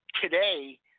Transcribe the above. today